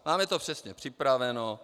Máme to přesně připraveno.